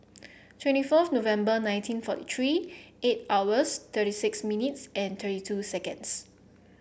twenty four November nineteen forty three eight hours thirty six minutes and thirty two seconds